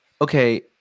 okay